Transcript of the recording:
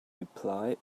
reply